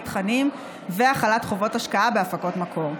תכנים והחלת חובות השקעה בהפקות מקור,